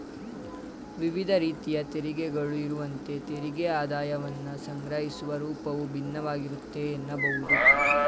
ವಿವಿಧ ರೀತಿಯ ತೆರಿಗೆಗಳು ಇರುವಂತೆ ತೆರಿಗೆ ಆದಾಯವನ್ನ ಸಂಗ್ರಹಿಸುವ ರೂಪವು ಭಿನ್ನವಾಗಿರುತ್ತೆ ಎನ್ನಬಹುದು